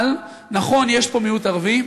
אבל נכון, יש פה מיעוט ערבי,